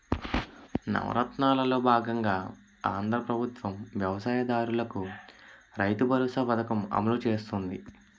నవరత్నాలలో బాగంగా ఆంధ్రా ప్రభుత్వం వ్యవసాయ దారులకు రైతుబరోసా పథకం అమలు చేస్తుంది